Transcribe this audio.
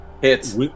Hits